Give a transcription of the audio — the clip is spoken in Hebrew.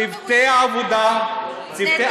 צוותי עבודה, נהדר.